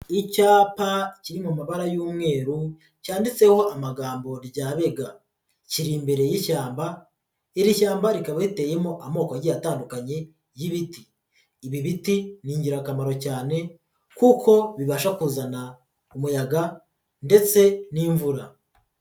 Icyapa kiri mu mabara y'umweru cyanditseho amagambo Ryabega, kiri imbere y'ishyamba iri shyamba rikaba riteyemo amoko agiye atandukanye y'ibiti, ibi biti ni ingirakamaro cyane kuko bibasha kuzana umuyaga ndetse n'imvura.